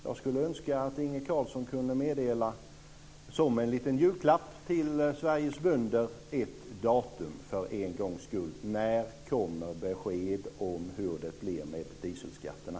Jag skulle önska att Inge Carlsson kunde meddela, som en liten julklapp till Sveriges bönder, ett datum för en gångs skull: När kommer besked om hur det blir med dieselskatterna?